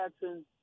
Jackson